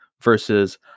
versus